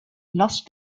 lost